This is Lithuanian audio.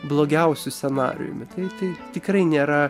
blogiausiu scenarijumi tai tai tikrai nėra